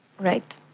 Right